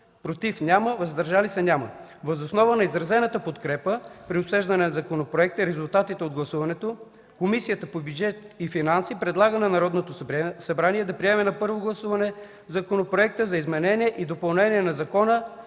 „против” и „въздържали се” няма. Въз основа на изразената подкрепа при обсъждане на законопроекта и резултатите от гласуването, Комисията по бюджет и финанси предлага на Народното събрание да приеме на първо гласуване Законопроект за изменение и допълнение на Закона